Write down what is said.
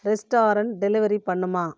restaurant delivery பண்ணுமா